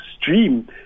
stream